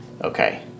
Okay